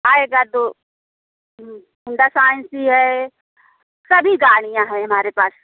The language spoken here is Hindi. आएगा तो होंडा शाइन भी है सभी गाड़ियाँ हैं हमारे पास